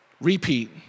Repeat